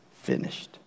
finished